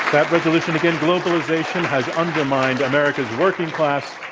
that resolution again, globalization has undermined america's working class.